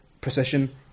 procession